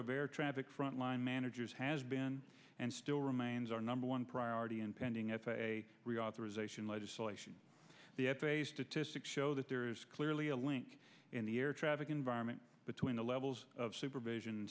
air traffic front line managers has been and still remains our number one priority and pending f a a reauthorization legislation the f a a statistics show that there is clearly a link in the air traffic environment between the levels of supervision